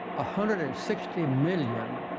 ah hundred and sixty million